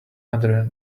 other